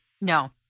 No